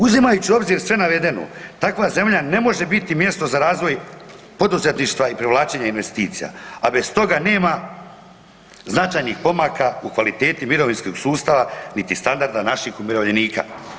Uzimajući u obzir sve navedeno, takva zemlja ne može biti mjesto za razvoj poduzetništva i privlačenja investicija, a bez toga nema značajnih pomaka u kvaliteti mirovinskog sustava niti standarda naših umirovljenika.